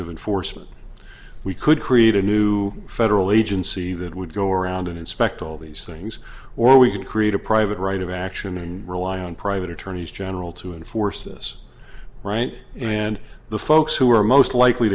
of enforcement we could create a new federal agency that would go around and inspect all these things or we could create a private right of action and rely on private attorneys general to enforce this right and the folks who are most likely